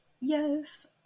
Yes